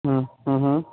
ਹਮ ਹਮ ਹਮ